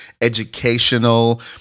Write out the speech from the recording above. educational